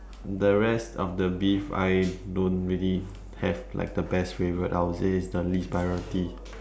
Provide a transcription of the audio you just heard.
the rest of the beef I don't really have like the best favourite I would say is the least priority